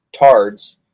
tards